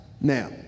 Now